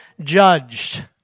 judged